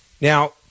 Now